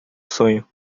sonho